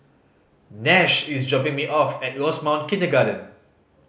Nash is dropping me off at Rosemount Kindergarten